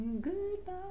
Goodbye